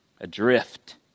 Adrift